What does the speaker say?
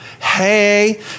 hey